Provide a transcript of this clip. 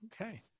Okay